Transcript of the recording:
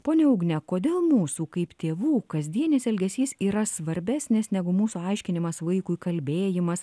ponia ugne kodėl mūsų kaip tėvų kasdienis elgesys yra svarbesnis negu mūsų aiškinimas vaikui kalbėjimas